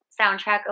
soundtrack